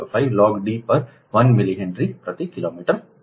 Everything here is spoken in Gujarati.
4605 લોગ d પર 1 મિલી હેનરી પ્રતિ કિલોમીટર 34 છે